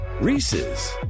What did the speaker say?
Reese's